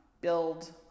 build